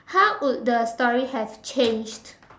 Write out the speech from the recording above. how would the story have changed